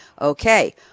Okay